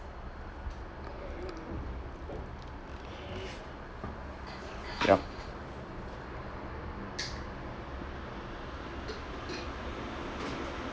yup